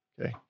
Okay